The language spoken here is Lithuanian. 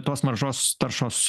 tos mažos taršos